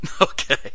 Okay